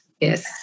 yes